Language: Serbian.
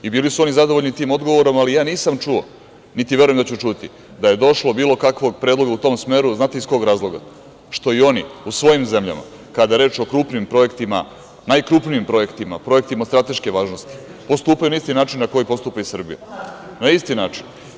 Bili su oni zadovoljni tim odgovorom, ali ja nisam čuo, niti verujem da ću čuti da je došlo do bilo kakvog predloga u tom smeru, znate iz kog razloga, što i oni u svojim zemljama, kada je reč o krupnim projektima, najkrupnijim projektima, projektima od strateške važnosti, postupaju na isti način na koji postupa i Srbija, na isti način.